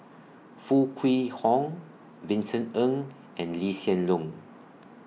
Foo Kwee Horng Vincent Ng and Lee Hsien Loong